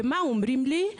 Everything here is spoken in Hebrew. ומה הם אומרים לי?